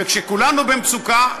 וכשכולנו במצוקה,